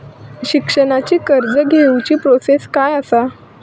शिक्षणाची कर्ज घेऊची प्रोसेस काय असा?